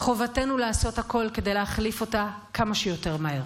חובתנו לעשות הכול כדי להחליף אותה כמה שיותר מהר.